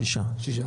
שישה,